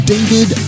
David